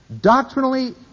doctrinally